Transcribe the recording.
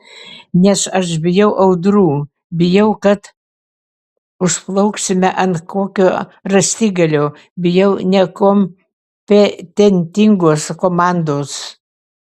nes aš bijau audrų bijau kad užplauksime ant kokio rąstigalio bijau nekompetentingos komandos